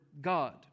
God